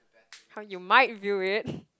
how you might view it